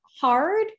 hard